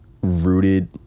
rooted